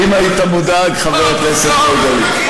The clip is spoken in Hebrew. אם היית מודאג, חבר הכנסת מרגלית.